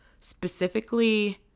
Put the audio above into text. specifically –